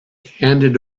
handed